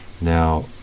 Now